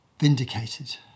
vindicated